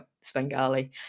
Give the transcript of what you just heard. Svengali